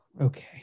Okay